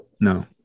No